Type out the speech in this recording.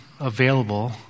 Available